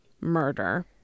murder